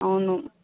అవును